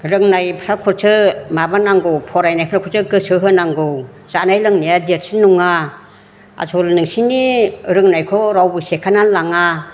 रोंनायफोरखौसो माबानांगौ फरायनायफोरखौसो गोसो होनांगौ जानाय लोंनाया देरसिन नङा आसोल नोंसोरनि रोंनायखौ रावबो सेखानानै लाङा